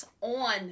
on